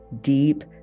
deep